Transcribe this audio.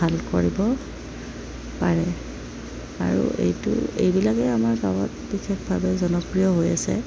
ভাল কৰিব পাৰে আৰু এইটো এইবিলাকেই আমাৰ গাঁৱত বিশেষভাৱে জনপ্ৰিয় হৈ আছে